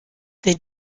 des